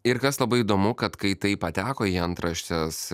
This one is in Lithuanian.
ir kas labai įdomu kad kai tai pateko į antraštes